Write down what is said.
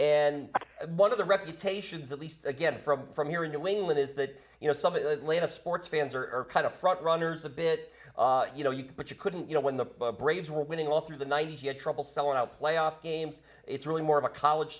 and one of the reputations at least again from from here in new england is that you know some atlanta sports fans are kind of front runners a bit you know you could but you couldn't you know when the braves were winning all through the ninety's you had trouble selling out playoff games it's really more of a college